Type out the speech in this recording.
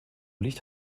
liegt